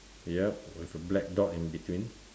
yup with a black dot in between